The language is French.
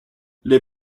les